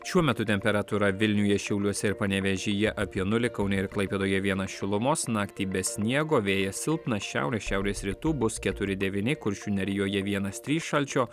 šiuo metu temperatūra vilniuje šiauliuose ir panevėžyje apie nulį kaune ir klaipėdoje vienas šilumos naktį be sniego vėjas silpnas šiaurės šiaurės rytų bus keturi devyni kuršių nerijoje vienas trys šalčio